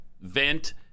vent